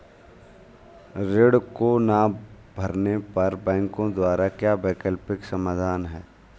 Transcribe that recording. ऋण को ना भरने पर बैंकों द्वारा क्या वैकल्पिक समाधान हैं?